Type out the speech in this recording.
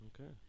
Okay